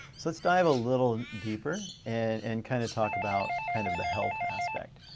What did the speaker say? so let's dive a little deeper and and kind of talk about kind of the health aspect.